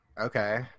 okay